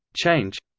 change